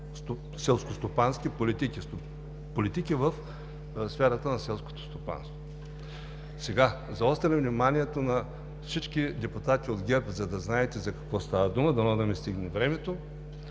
селскостопански политики – политики в сферата на селското стопанство. Заострям Ви вниманието на всички депутати от ГЕРБ, за да знаете за какво става дума. Дано да ми стигне времето!